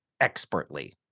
expertly